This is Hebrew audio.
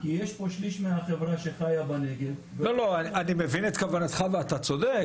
יש פה שליש מהחברה שחיה בנגב --- אני מבין את כוונתך ואתה צודק,